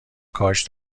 کاش